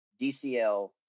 DCL